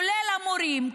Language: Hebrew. כולל המורים,